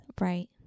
Right